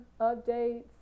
updates